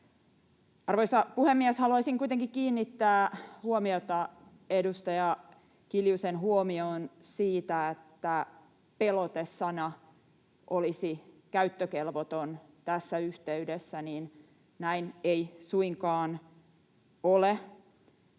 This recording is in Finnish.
Arvoisa puhemies! Haluaisin kuitenkin kiinnittää huomiota edustaja Kiljusen huomioon siitä, että pelote-sana olisi käyttökelvoton tässä yhteydessä. Näin ei suinkaan ole,